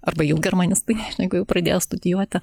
arba jau germanistai jeigu jau pradėjo studijuoti